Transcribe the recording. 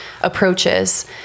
approaches